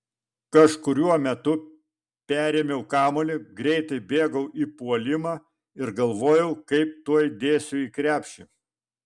kažkuriuo metu perėmiau kamuolį greitai bėgau į puolimą ir galvojau kaip tuoj dėsiu į krepšį